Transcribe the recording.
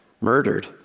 murdered